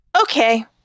Okay